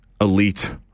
elite